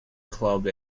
club